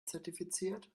zertifiziert